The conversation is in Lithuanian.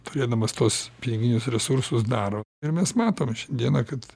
turėdamas tuos piniginius resursus daro ir mes matom šiandieną kad